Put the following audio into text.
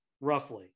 Roughly